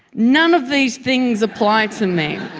none of these things apply to and me.